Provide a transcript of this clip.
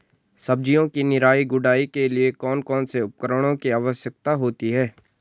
सब्जियों की निराई गुड़ाई के लिए कौन कौन से उपकरणों की आवश्यकता होती है?